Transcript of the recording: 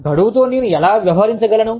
గడువుతో నేను ఎలా వ్యవహరించగలను